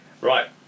right